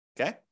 Okay